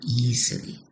easily